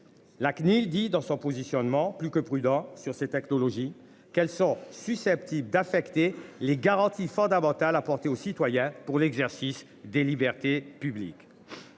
La CNIL dit dans son positionnement plus que prudent sur ces technologies qu'sont susceptibles d'affecter les garanties fondamentales apporter aux citoyens pour l'exercice des libertés publiques.